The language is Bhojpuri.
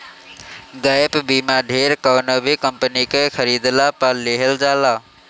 गैप बीमा ढेर कवनो भी कंपनी के खरीदला पअ लेहल जाला